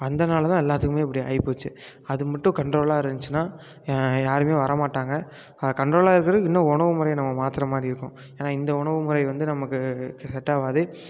வந்தனால தான் எல்லாத்துக்குமே இப்படி ஆயிபோச்சு அது மட்டும் கண்ட்ரோலாக இருந்துச்சுன்னா யாருமே வரமாட்டாங்க அது கண்ட்ரோலாக இருக்குறக்கு இன்னும் உணவு முறையை நம்ப மாற்றுறமாரி இருக்கும் ஏன்னா இந்த உணவு முறை வந்து நமக்கு செட் ஆகாது